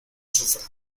sufra